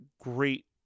great